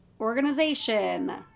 organization